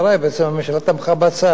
בעצם הממשלה תמכה בהצעה הזאת,